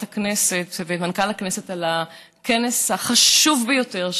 הכנסת ואת מנכ"ל הכנסת על הכנס החשוב ביותר,